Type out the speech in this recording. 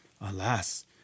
Alas